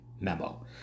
memo